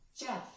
Jeff